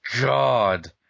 God